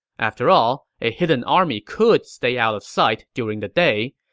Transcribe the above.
after all, a hidden army could stay out of sight during the day,